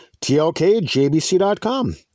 TLKJBC.com